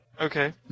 Okay